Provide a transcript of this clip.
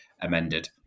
amended